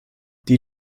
die